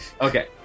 Okay